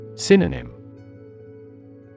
Synonym